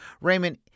raymond